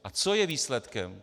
A co je výsledkem?